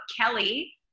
Kelly